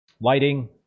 lighting